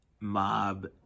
mob